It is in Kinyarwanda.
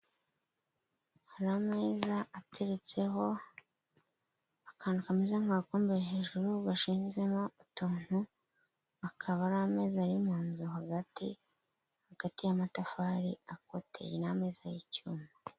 Hari ameza ateretseho akantu kameze nk'agakombe hejuru gashyinzemo utuntu ,akaba ari ameza ari munzu hagati y'amatafari akoteye n'ameza y'icyuma.